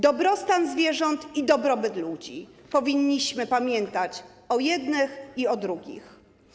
Dobrostan zwierząt i dobrobyt ludzi - powinniśmy pamiętać o jednych i o drugich.